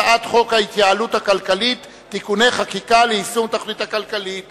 הצעת חוק ההתייעלות הכלכלית (תיקוני חקיקה ליישום התוכנית הכלכלית